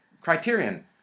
criterion